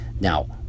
Now